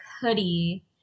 hoodie